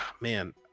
man